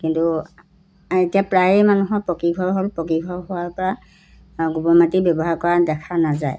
কিন্তু এতিয়া প্ৰায়েই মানুহৰ পকী ঘৰ হ'ল পকী ঘৰ হোৱাৰ পৰা গোবৰ মাটি ব্যৱহাৰ কৰা দেখা নাযায়